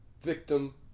Victim